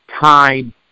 time